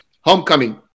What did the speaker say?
homecoming